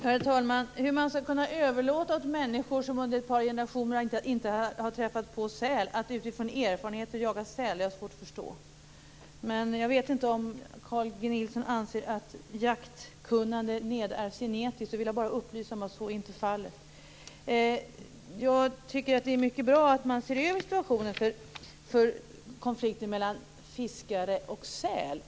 Herr talman! Hur man skall kunna överlåta åt människor som under ett par generationer inte har träffat på säl att utifrån erfarenheter jaga säl har jag svårt att förstå. Jag vet inte om Carl G Nilsson anser att jaktkunnande nedärvs genetiskt. Då vill jag bara upplysa om att så inte är fallet. Jag tycker att det är mycket bra att man ser över situationen när det gäller konflikter mellan fiskare och säl.